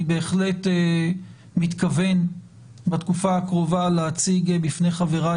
אני בהחלט מתכוון בתקופה הקרובה להציג בפני חבריי